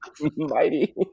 Mighty